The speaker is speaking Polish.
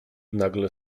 nagle